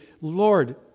Lord